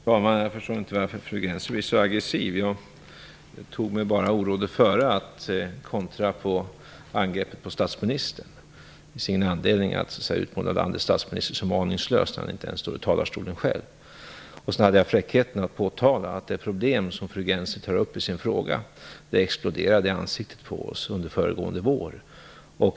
Fru talman! Jag förstår inte varför fru Gennser blir så aggressiv. Jag tog mig bara det orådet före att kontra mot angreppet på statsministern. Det finns nämligen ingen anledning att utmåla landets statsminister som aningslös, i synnerhet som han inte ens själv står här i talarstolen. Sedan hade jag fräckheten att påtala att de problem som fru Gennser tar upp i sin fråga exploderade i ansiktet på oss under föregående vår.